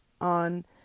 on